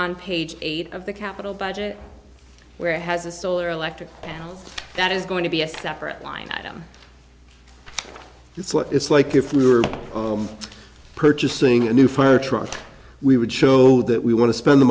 on page eight of the capital budget where has a solar electric that is going to be a separate line item it's what it's like if we were purchasing a new fire truck we would show that we want to spend the